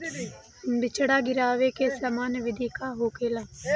बिचड़ा गिरावे के सामान्य विधि का होला?